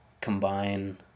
combine